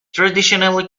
traditionally